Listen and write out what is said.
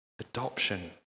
adoption